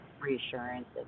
reassurance